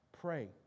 Pray